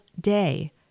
day